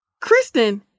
Kristen